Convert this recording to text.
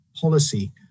policy